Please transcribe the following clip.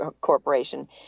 corporation